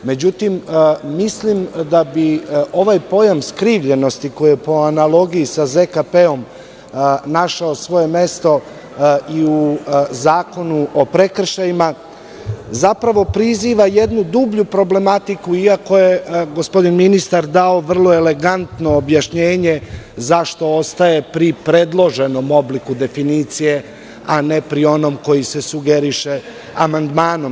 Međutim, mislim da bi ovaj pojam skrivljenosti, koji je po analogiji sa ZKP našao svoje mesto i u Zakonu o prekršajima, zapravo priziva jednu dublju problematiku, iako je gospodin ministar dao vrlo elegantno objašnjenje, zašto ostaje pri predloženom obliku definicije, a ne pri onom koji se sugeriše amandmanom.